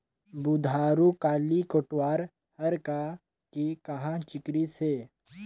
बुधारू काली कोटवार हर का के हाँका चिकरिस हे?